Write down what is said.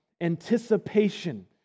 anticipation